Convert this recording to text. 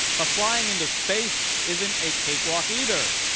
but flying into space isn't a cakewalk, either.